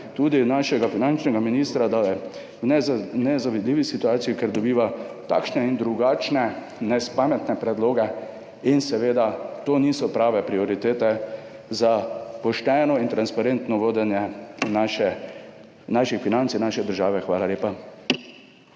tudi našega finančnega ministra, da je v nezavidljivi situaciji, ker dobiva takšne in drugačne nespametne predloge in seveda to niso prave prioritete za pošteno in transparentno vodenje naših financ in naše države. Hvala lepa.